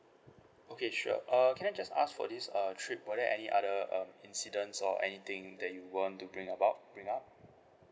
okay sure uh can I just ask for this uh trip were there any other um incidents or anything that you want to bring about bring up